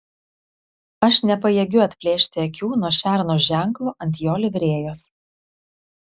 aš nepajėgiu atplėšti akių nuo šerno ženklo ant jo livrėjos